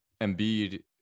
Embiid